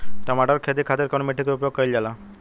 टमाटर क खेती खातिर कवने मिट्टी के उपयोग कइलजाला?